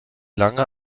lange